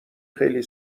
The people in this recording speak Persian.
خیلی